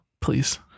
Please